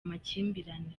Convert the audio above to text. amakimbirane